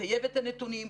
לטייב את הנתונים,